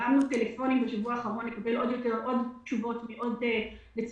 לכן התקשרנו בטלפון בשבוע האחרון כדי לקבל עוד תשובות מעוד נציגים